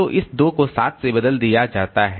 तो इस 2 को 7 से बदल दिया जाता है